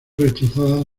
rechazada